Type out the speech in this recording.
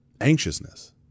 anxiousness